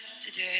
today